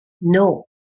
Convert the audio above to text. No